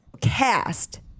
cast